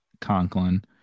conklin